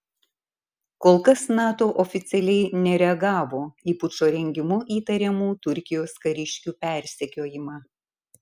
kol kas nato oficialiai nereagavo į pučo rengimu įtariamų turkijos kariškių persekiojimą